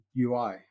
UI